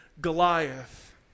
Goliath